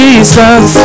Jesus